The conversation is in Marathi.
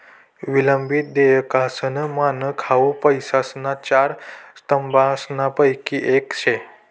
विलंबित देयकासनं मानक हाउ पैसासना चार स्तंभसनापैकी येक शे